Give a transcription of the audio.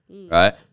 Right